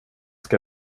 ska